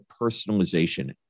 personalization